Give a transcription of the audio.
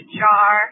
jar